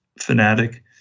fanatic